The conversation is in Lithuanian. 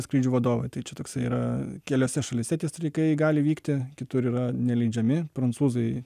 skrydžių vadovai tai čia toksai yra keliose šalyse tie streikai gali vykti kitur yra neleidžiami prancūzai